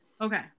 Okay